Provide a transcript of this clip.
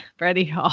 ready